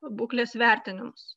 būklės vertinimus